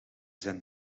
zijn